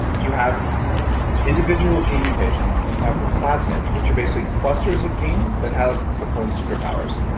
you have individual gene mutations and you have plasmids, which are basically clusters of genes that have, we'll call them, superpowers.